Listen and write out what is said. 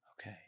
Okay